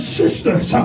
sisters